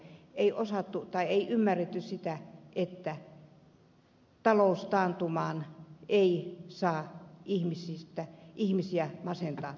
ei osattu tai ymmärretty sitä että taloustaantumassa ei saa ihmisiä masentaa